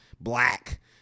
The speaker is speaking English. black